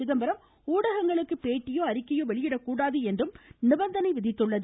சிதம்பரம் ஊடகங்களுக்கு பேட்டியோ அறிக்கையோ வெளியிடக் கூடாது என்றும் நிபந்தனை விதித்துள்ளது